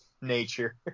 nature